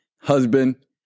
husband